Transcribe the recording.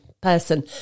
person